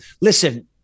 Listen